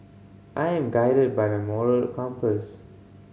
I'm guided by my moral compass